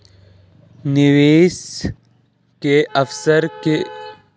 निवेश के अवसर के जोखिम को समायोजित करने के लिए एन.पी.वी विश्लेषणों पर छूट दी जाती है